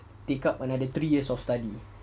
pick up another three years of study